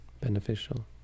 beneficial